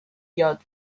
یاد